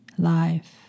Life